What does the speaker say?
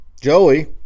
Joey